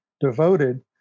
devoted